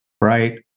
Right